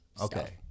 Okay